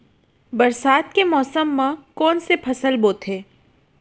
बरसात के मौसम मा कोन से फसल बोथे?